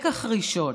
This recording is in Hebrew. לקח ראשון: